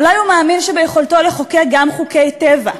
אולי הוא מאמין שביכולתו לחוקק גם חוקי טבע,